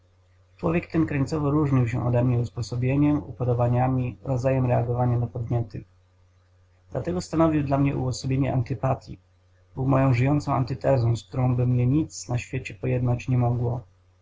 człowiek ten krańcowo różnił się odemnie usposobieniem upodobaniami rodzajem reagowania na podniety dlatego stanowił dla mnie uosobienie antypatyi był moją żyjącą antytezą z którąby mnie nic na świecie pojednać nie mogło